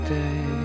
day